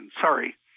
Sorry